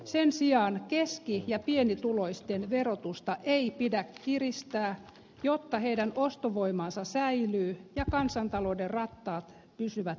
sen sijaan keski ja pienituloisten verotusta ei pidä kiristää jotta heidän ostovoimansa säilyy ja kansantalouden rattaat pysyvät pyörimässä